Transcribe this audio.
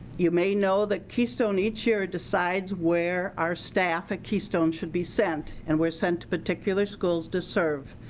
you may know that keystone each year decides where our staff at keystone should be sent. and we're sent to particular schools to serve.